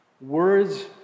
Words